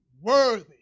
worthy